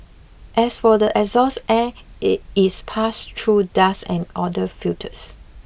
as for the exhaust air it is passed through dust and odour filters